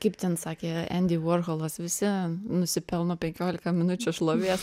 kaip ten sakė endi vorholas visi nusipelno penkiolika minučių šlovės